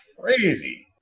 crazy